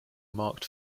marked